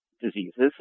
diseases